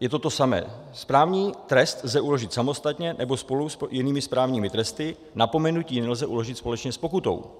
je to to samé správní trest lze uložit samostatně nebo spolu s jinými správními tresty, napomenutí nelze uložit společně s pokutou.